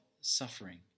suffering